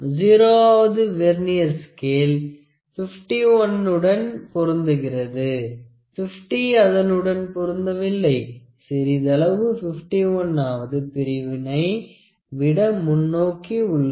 0 வது vernier scale 51 னுடன் பொருந்துகிறது 50 அதனுடன் பொருந்தவில்லை சிறிதளவு 51 னாவது பிரிவினை விட முன்னோக்கி உள்ளது